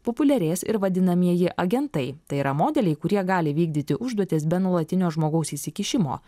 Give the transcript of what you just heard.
populiarės ir vadinamieji agentai tai yra modeliai kurie gali vykdyti užduotis be nuolatinio žmogaus įsikišimo